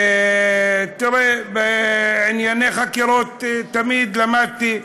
תראה, בענייני חקירות תמיד למדתי: